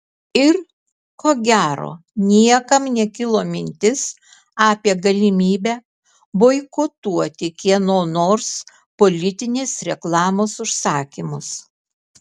ir ko gero niekam nekilo mintis apie galimybę boikotuoti kieno nors politinės reklamos užsakymus